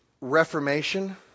reformation